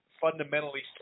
fundamentally